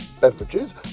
beverages